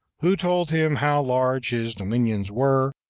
who told him how large his dominions were,